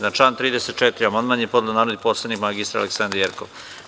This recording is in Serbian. Na član 34. amandman je podneo narodni poslanik Aleksandra Jerkov.